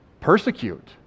Persecute